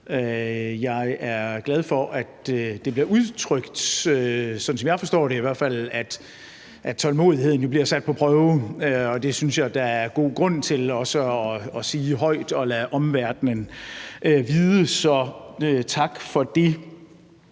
Jeg er glad for, at det bliver udtrykt, sådan som jeg i hvert fald forstår det, at tålmodigheden jo bliver sat på prøve, og det synes jeg der er god grund til også at sige højt og lade omverdenen vide. Så tak for det.